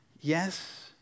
Yes